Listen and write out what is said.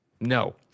No